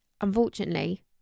unfortunately